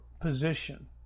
position